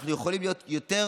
אנחנו יכולים להיות יותר